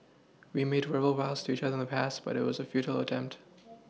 we made verbal vows to each other in the past but it was a futile attempt